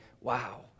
wow